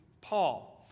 Paul